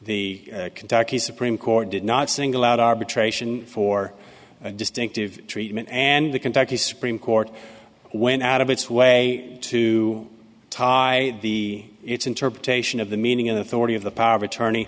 here the kentucky supreme court did not single out arbitration for distinctive treatment and the kentucky supreme court went out of its way to tie the its interpretation of the meaning of the authority of the power of attorney